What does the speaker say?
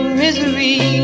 misery